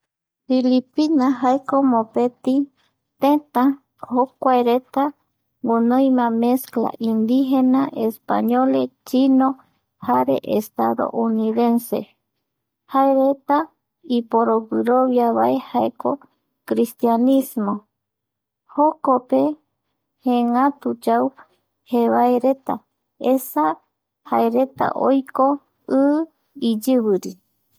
Filipina jaeko mopeti tëta jokuareta guinoima mescla indígena españoles, China jare Estados Unidenses, jaereta iporoguiroviavae jaeko cristianismo jokope jeengatu yau jevaereta esa jaereta oiko i iyiviri